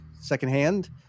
secondhand